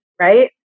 right